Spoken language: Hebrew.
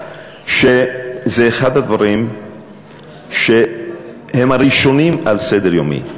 שזה אחד הדברים שהם הראשונים על סדר-יומי,